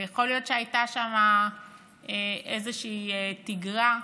ויכול להיות שהייתה שם איזושהי תגרה,